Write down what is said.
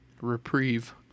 reprieve